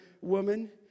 woman